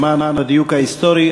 למען הדיוק ההיסטורי,